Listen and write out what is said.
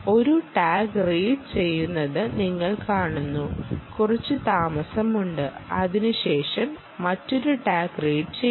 ഒരു tag read ചെയ്യുന്നത് നിങ്ങൾ കാണുന്നു കുറച്ച് താമസമുണ്ട് അതിനുശേഷം മറ്റൊരു ടാഗ് റീഡ് ചെയ്യുന്നു